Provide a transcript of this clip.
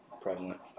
prevalent